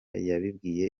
yabibwiye